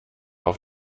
auf